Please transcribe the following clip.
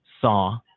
saw